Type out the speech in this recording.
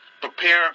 prepare